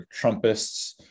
trumpists